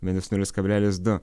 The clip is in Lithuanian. minus nulis kablelis du